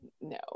no